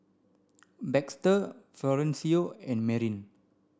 Baxter Florencio and Marin